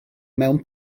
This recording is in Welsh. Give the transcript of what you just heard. mewn